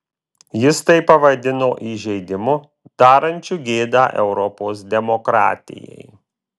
jis tai pavadino įžeidimu darančiu gėdą europos demokratijai